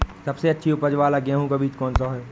सबसे अच्छी उपज वाला गेहूँ का बीज कौन सा है?